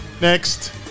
Next